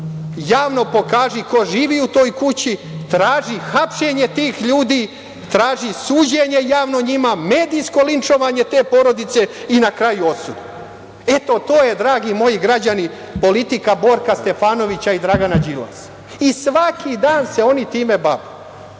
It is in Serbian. javno pokaži ko živi u toj kući, traži hapšenje tih ljudi, traži suđenje javno njima, medijsko linčovanje te porodice i na kraju osudu. Eto, to je, dragi moji građani, politika Borka Stefanovića i Dragana Đilasa. Svaki dan se oni time bave.